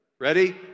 Ready